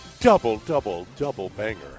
double-double-double-banger